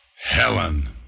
Helen